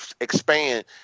expand